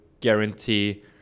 guarantee